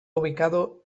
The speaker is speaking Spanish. ubicado